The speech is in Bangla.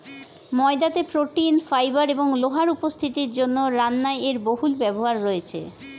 ময়দাতে প্রোটিন, ফাইবার এবং লোহার উপস্থিতির জন্য রান্নায় এর বহুল ব্যবহার রয়েছে